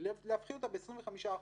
היא להפחית אותה ב-25%,